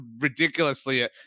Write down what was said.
ridiculously